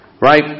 Right